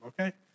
okay